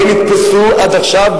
לא נתפסו עד עכשיו,